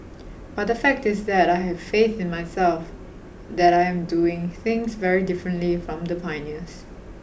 but the fact is that I have faith in myself that I am doing things very differently from the pioneers